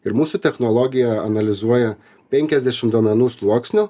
ir mūsų technologija analizuoja penkiasdešimt duomenų sluoksnių